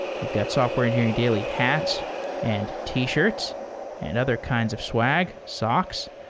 we've got software engineering daily hats and t-shirts and other kinds of swag, socks.